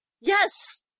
Yes